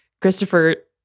Christopher